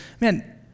man